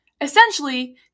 Essentially